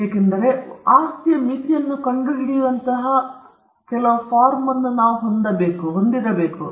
ಏಕೆಂದರೆ ನಾವು ಆಸ್ತಿಯ ಮಿತಿಯನ್ನು ಕಂಡುಹಿಡಿಯುವಂತಹ ಕೆಲವು ಫಾರ್ಮ್ ಅನ್ನು ನಾವು ಹೊಂದಿರಬೇಕು